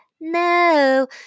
No